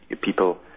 people